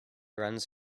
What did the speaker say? runs